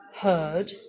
heard